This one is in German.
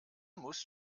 musst